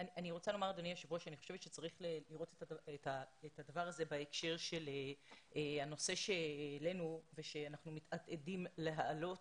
שצריך לראות את הדבר הזה בהקשר של הנושא שהעלינו ושאנחנו מתעתדים להעלות